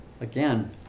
Again